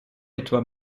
etwa